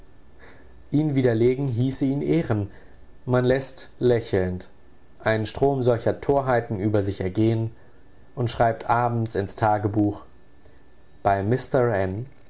ihn widerlegen hieße ihn ehren man läßt lächelnd einen strom solcher torheiten über sich ergehen und schreibt abends ins tagebuch bei mr